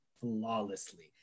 flawlessly